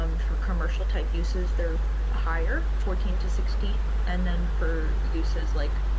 um for commercial type, uses their higher fourteen to sixteen, and then for uses, like,